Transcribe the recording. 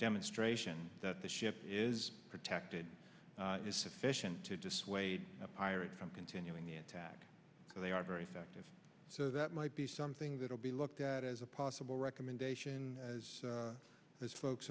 demonstration that the ship is protected is sufficient to dissuade a pirate from continuing the attack so they are very effective so that might be something that will be looked at as a possible recommendation as as folks